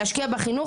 להשקיע בחינוך,